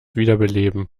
wiederbeleben